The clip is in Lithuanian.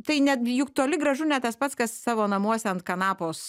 tai net juk toli gražu ne tas pats kas savo namuose ant kanapos